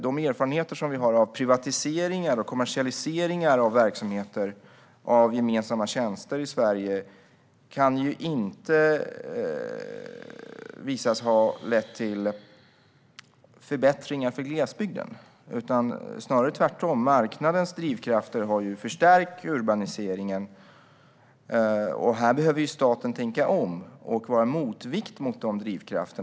De erfarenheter som vi har av privatiseringar och kommersialiseringar av verksamheter av gemensamma tjänster i Sverige kan inte sägas ha lett till förbättringar för glesbygden, snarare tvärtom. Marknadens drivkrafter har förstärkt urbaniseringen. Här behöver staten tänka om och vara en motvikt mot sådana drivkrafter.